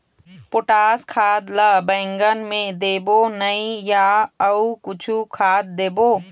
Potash खाद ला बैंगन मे देबो नई या अऊ कुछू खाद देबो?